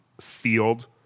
field